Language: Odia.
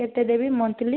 କେତେ ଦେବି ମନ୍ଥଲି